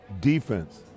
defense